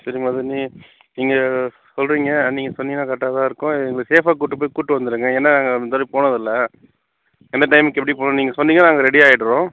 சரிம்மா அது நீ நீங்கள் சொல்கிறீங்க நீங்கள் சொன்னீங்கனா கரெக்டாக தான் இருக்கும் எங்களை சேஃபாகக் கூட்டு போய் கூட்டு வந்துடுங்க ஏன்னா இதுமாதிரி போனது இல்லை எந்த டைமுக்கு எப்படி போகணுனு நீங்கள் சொன்னீங்கனா நாங்கள் ரெடி ஆகிடுறோம்